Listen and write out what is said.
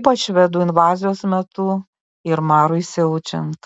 ypač švedų invazijos metu ir marui siaučiant